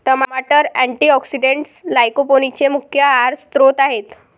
टमाटर अँटीऑक्सिडेंट्स लाइकोपीनचे मुख्य आहार स्त्रोत आहेत